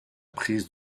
prise